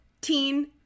Teen